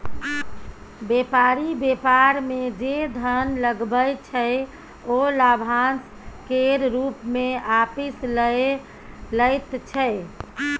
बेपारी बेपार मे जे धन लगबै छै ओ लाभाशं केर रुप मे आपिस लए लैत छै